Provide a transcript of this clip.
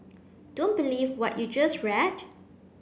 don't believe what you just read